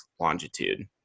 longitude